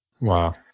Wow